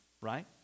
right